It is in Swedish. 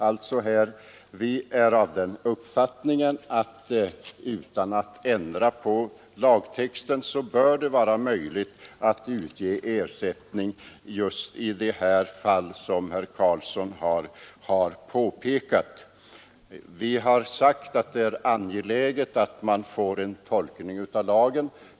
Utskottet är av den uppfattningen mot bakgrund av dessa uttalanden att det utan att ändra på lagtexten bör vara möjligt att utge ersättning just i de fall som herr Karlsson har omnämnt. Utskottet har sagt att det är angeläget att få en tolkning av lagen.